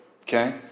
Okay